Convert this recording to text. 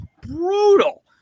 brutal